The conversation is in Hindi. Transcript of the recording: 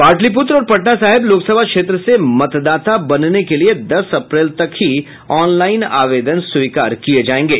पाटलिपूत्र और पटना साहिब लोकसभा क्षेत्र से मतदाता बनने के लिये दस अप्रैल तक ही ऑनलाइन आवेदन स्वीकार किये जायेंगे